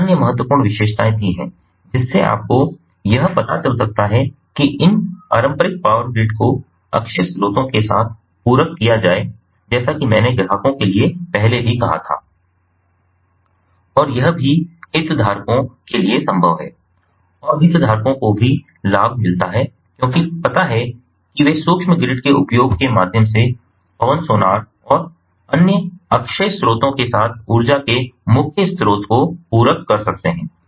और अन्य महत्वपूर्ण विशेषताएं भी हैं जिससे आपको यह पता चल सकता है कि इन पारंपरिक पावर ग्रिड को अक्षय स्रोतों के साथ पूरक किया जाए जैसा कि मैंने ग्राहकों के लिए पहले भी कहा था और यह भी हितधारकों के लिए संभव है और हितधारकों को भी लाभ मिलता है क्योंकि पता है कि वे सूक्ष्म ग्रिड के उपयोग के माध्यम से पवन सोनार और अन्य अक्षय स्रोतों के साथ ऊर्जा के मुख्य स्रोत को पूरक कर सकते हैं